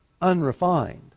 unrefined